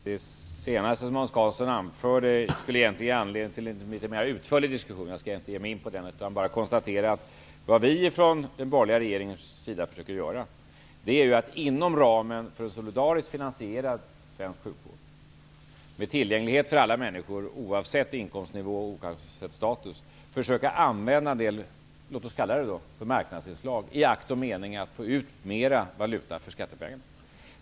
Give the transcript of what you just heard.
Herr talman! Det finns egentligen anledning att gå in på en litet mer utförlig diskussion om det senaste som Hans Karlsson anförde. Jag skall inte ge mig in på det utan bara konstatera vad vi i den borgerliga regeringen försöker göra. Inom ramen för en solidariskt finansierad svensk sjukvård, tillgänglig för alla människor oavsett inkomstnivå och status, försöker vi använda en del s.k. marknadsinslag i akt och mening att få ut mer valuta för skattepengarna.